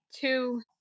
Two